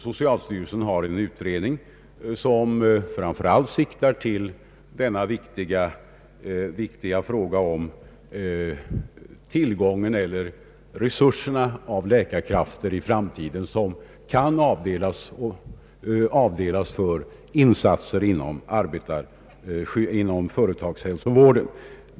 Socialstyrelsens utredning behandlar den viktiga frågan om de resurser som kan avdelas för läkarutbildning inom företagshälsovården.